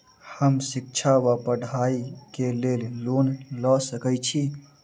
हम शिक्षा वा पढ़ाई केँ लेल लोन लऽ सकै छी?